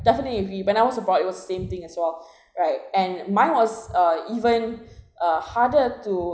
definitely if we but I was abroad it was same thing as well right and mine was uh even uh harder to